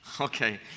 Okay